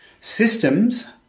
Systems